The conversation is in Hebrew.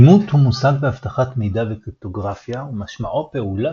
אימות הוא מושג באבטחת מידע וקריפטוגרפיה ומשמעו פעולה